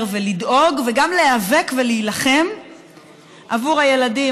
ולדאוג וגם להיאבק ולהילחם עבור הילדים,